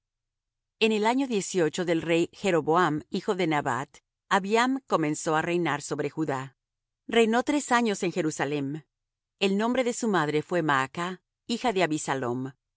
en el año dieciocho del rey jeroboam hijo de nabat abiam comenzó á reinar sobre judá reinó tres años en jerusalem el nombre de su madre fué maach hija de